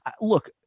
Look